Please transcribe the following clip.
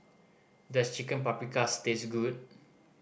does Chicken Paprikas taste good